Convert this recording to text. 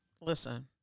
Listen